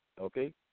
Okay